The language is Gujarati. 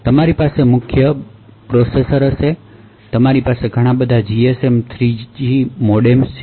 તમારી પાસે મુખ્ય પ્રોસેસર હશે કે તમારી પાસે ઘણા બધા GSM 3G મોડેમ છે